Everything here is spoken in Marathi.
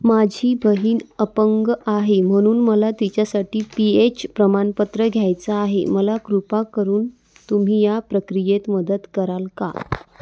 माझी बहीण अपंग आहे म्हणून मला तिच्यासाठी पी एच प्रमाणपत्र घ्यायचं आहे मला कृपा करून तुम्ही या प्रक्रियेत मदत कराल का